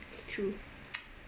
true